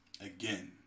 Again